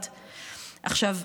עכשיו,